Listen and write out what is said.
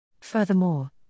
Furthermore